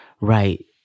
Right